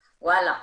וואלה,